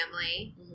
family